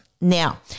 Now